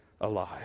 alive